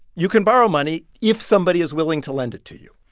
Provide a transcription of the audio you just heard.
you can borrow money if somebody is willing to lend it to you.